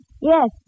Yes